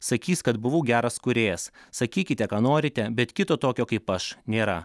sakys kad buvau geras kūrėjas sakykite ką norite bet kito tokio kaip aš nėra